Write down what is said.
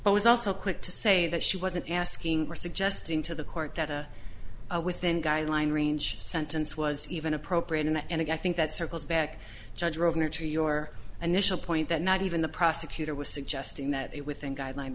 but was also quick to say that she wasn't asking for suggesting to the court that a within guideline range sentence was even appropriate in and i think that circles back judge rovner to your initial point that not even the prosecutor was suggesting that it within guideline